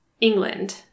England